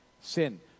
sin